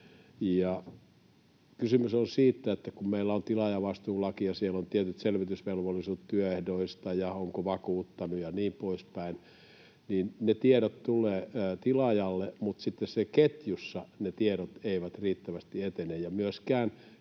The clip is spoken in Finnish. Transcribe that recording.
Kysymys on siitä, että kun meillä on tilaajavastuulaki ja siellä on tietyt selvitysvelvollisuudet työehdoista ja se, onko vakuuttanut, ja niin poispäin, niin ne tiedot tulevat tilaajalle, mutta sitten siinä ketjussa ne tiedot eivät riittävästi etene.